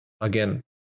again